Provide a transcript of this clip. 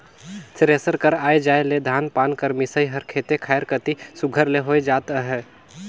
thresher कर आए जाए ले धान पान कर मिसई हर खेते खाएर कती सुग्घर ले होए जात अहे